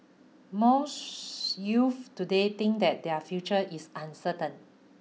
most youths today think that their future is uncertain